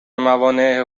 موانع